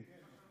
אז הינה,